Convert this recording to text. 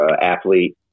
athlete